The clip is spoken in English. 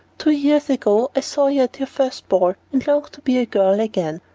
two years ago i saw you at your first ball, and longed to be a girl again.